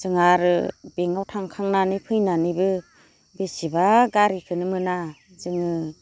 जोंहा आरो बेंकआव थांखांनानै फैनानैबो बेसेबा गारिखोनो मोना जोङो